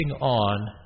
on